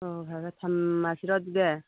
ꯍꯣꯏ ꯍꯣꯏ ꯐꯔꯦ ꯊꯝꯃꯁꯤꯔꯣ ꯑꯗꯨꯗꯤ